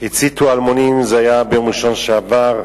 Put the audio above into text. הציתו אלמונים, זה היה ביום ראשון שעבר,